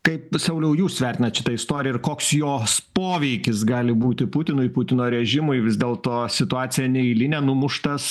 kaip sauliau jūs vertinat šitą istoriją ir koks jos poveikis gali būti putinui putino režimui vis dėlto situacija neeilinė numuštas